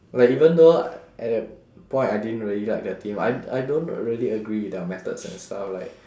like even though at that point I didn't really like their team I I don't really agree with their methods and stuff like